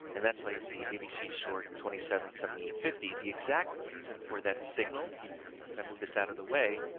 and that's how you see abc short twenty seven, seventy eight, fifty. the exact reason for that signal, if i move this out of the way,